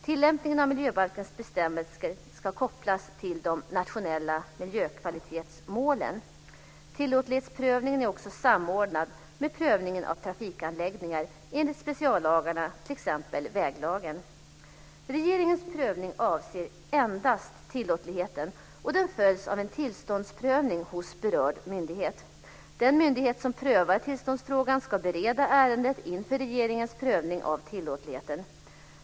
Tillämpningen av miljöbalkens bestämmelser ska kopplas till de nationella miljökvalitetsmålen. Tillåtlighetsprövningen är också samordnad med prövningen av trafikanläggningar enligt speciallagarna, t.ex. väglagen. Regeringens prövning avser endast tillåtligheten, och den följs av en tillståndsprövning hos berörd myndighet. Den myndighet som prövar tillståndsfrågan ska bereda ärendet inför regeringens prövning av tillåtligheten.